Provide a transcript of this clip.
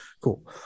Cool